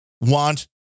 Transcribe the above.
want